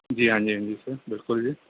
ਜੀ ਹਾਂਜੀ ਹਾਂਜੀ ਸਰ ਬਿਲਕੁਲ ਜੀ